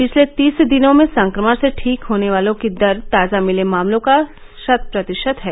पिछले तीस दिनों में संक्रमण से ठीक होने वालों की दर ताजा मिले मामलों का शत प्रतिशत है